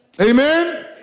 Amen